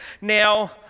Now